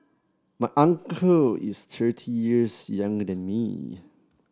my uncle is thirty years younger than me